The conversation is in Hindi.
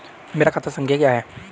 मेरा खाता संख्या क्या है?